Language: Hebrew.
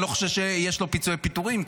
אני לא חושב שיש לו פיצויי פיטורים,